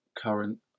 current